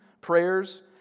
prayers